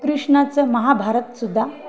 कृष्णाचं महाभारतसुद्धा